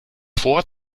fort